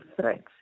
threats